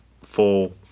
full